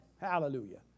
hallelujah